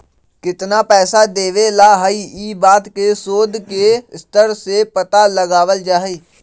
कितना पैसा देवे ला हई ई बात के शोद के स्तर से पता लगावल जा हई